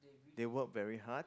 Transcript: they work very hard